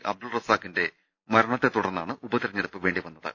അബ്ദുൾ റസാഖിന്റെ മര ണത്തെത്തുടർന്നാണ് ഉപതിരഞ്ഞെടുപ്പ് വേണ്ടിവന്നത്